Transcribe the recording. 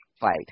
fight